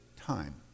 time